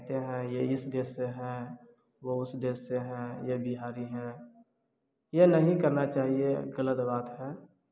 कहते हैं यह इस देश से हैं वह उस देश से हैं यह बिहारी हैं यह नहीं करना चाहिए गलत बात है